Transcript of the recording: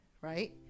right